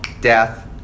death